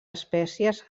espècies